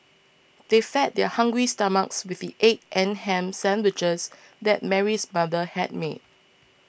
they fed their hungry stomachs with the egg and ham sandwiches that Mary's mother had made